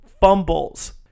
fumbles